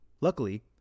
Luckily